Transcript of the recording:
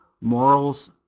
morals